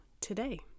today